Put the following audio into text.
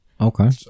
Okay